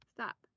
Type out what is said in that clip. Stop